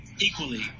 equally